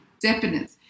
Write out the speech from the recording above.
definite